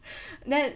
then